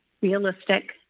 realistic